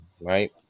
right